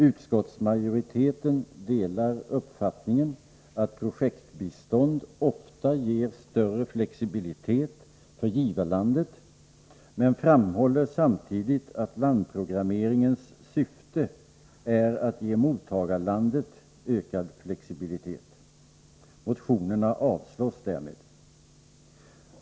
Utskottsmajoriteten delar uppfattningen att projektbistånd ofta ger större flexibilitet för givarlandet, men framhåller samtidigt att landprogrammeringens syfte är att ge mottagarlandet ökad flexibilitet. Motionerna avstyrks därmed.